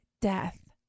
death